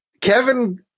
Kevin